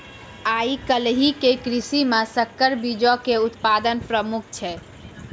आइ काल्हि के कृषि मे संकर बीजो के उत्पादन प्रमुख छै